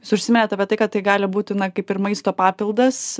jūs užsiminėt apie tai kad tai gali būti na kaip ir maisto papildas